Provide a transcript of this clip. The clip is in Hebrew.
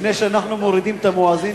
לפני שאנחנו מורידים את המואזין,